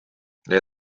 they